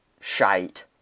shite